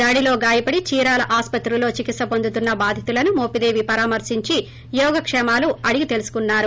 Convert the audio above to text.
దాడిలో గాయపడి చీరాల ఆస్సత్రిలో చికిత్స హొందుతున్న బాధితులను మోపిదేవి పరామర్పించి యోగక్షేమాలు అడిగి తెలుసుకున్నారు